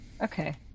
okay